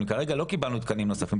כרגע לא קיבלנו תקנים נוספים,